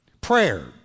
Prayer